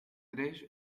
tres